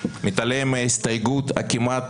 מתעלם מההסתייגות הכמעט